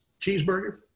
cheeseburger